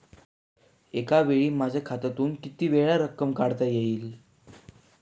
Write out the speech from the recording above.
एकावेळी माझ्या खात्यातून कितीवेळा रक्कम काढता येईल?